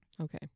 Okay